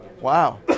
wow